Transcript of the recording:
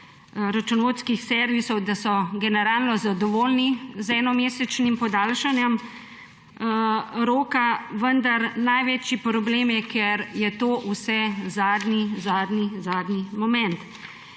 računovodskih servisov, da so generalno zadovoljni z enomesečnim podaljšanjem roka, vendar največji problem je, ker je to vse zadnji zadnji zadnji moment.